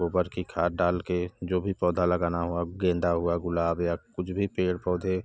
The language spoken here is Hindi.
गोबर की खाद डाल के जो भी पौधा लगाना हो आप गेंदा हुआ गुलाब या कुछ भी पेड़ पौधे